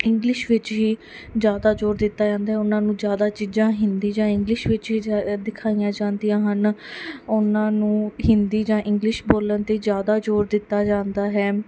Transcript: English ਵਿੱਚ ਹੀ ਜਿਆਦਾ ਜ਼ੋਰ ਦਿੱਤਾ ਜਾਂਦਾ ਉਹਨਾਂ ਨੂੰ ਜਿਆਦਾ ਚੀਜ਼ਾਂ ਹਿੰਦੀ ਜਾਂ ਇੰਗਲਿਸ਼ ਵਿੱਚ ਹੀ ਦਿਖਾਈਆਂ ਜਾਂਦੀਆਂ ਹਨ ਉਹਨਾਂ ਨੂੰ ਹਿੰਦੀ ਜਾਂ ਇੰਗਲਿਸ਼ ਬੋਲਣ 'ਤੇ ਜਿਆਦਾ ਜ਼ੋਰ ਦਿੱਤਾ ਜਾਂਦਾ ਹੈ